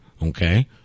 Okay